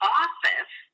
office